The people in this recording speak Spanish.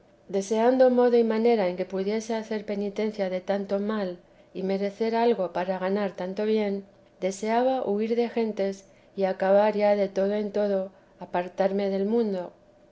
deseando modo y manera en que pudiese hacer penitencia de tanto mal y merecer algo para ganar tanto bien deseaba huir de gentes y acabar ya de todo en todo apartarme del mundo